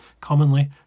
commonly